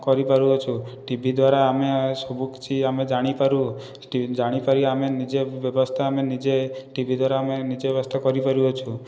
କରିପାରୁଅଛୁ TV ଦ୍ୱାରା ଆମେ ସବୁକିଛି ଆମେ ଜାଣିପାରୁ ଜାଣିପାରି ଆମେ ନିଜେ ବ୍ୟବସ୍ଥା ଆମେ ନିଜେ ଟିଭି ଦ୍ୱାରା ଆମେ ନିଜେ ବ୍ୟବସ୍ଥା କରିପାରୁଅଛୁ